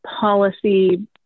policy